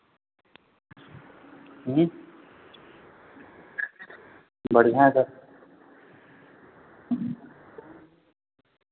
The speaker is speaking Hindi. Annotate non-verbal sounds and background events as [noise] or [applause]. जी बढ़िया [unintelligible]